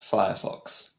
firefox